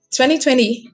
2020